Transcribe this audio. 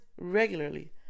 regularly